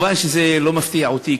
מובן שזה לא מפתיע אותי.